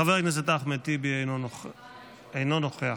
חבר הכנסת אחמד טיבי, אינו נוכח.